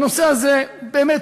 הנושא הזה, באמת,